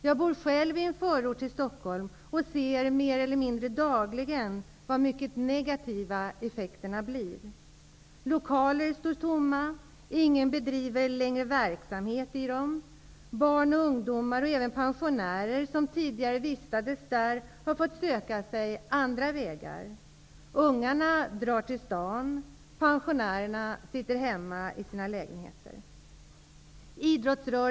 Jag bor själv i en förort till Stockholm och ser mer eller mindre dagligen hur negativa effekterna blir. Lokaler står tomma. Ingen bedriver längre verksamhet i dem. Barn och ungdomar samt även pensionärer som tidigare vistades där har fått söka sig andra vägar. Ungarna drar till stan. Pensionärerna sitter hemma i sina lägenheter.